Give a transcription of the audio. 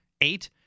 eight